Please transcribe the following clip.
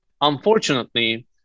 Unfortunately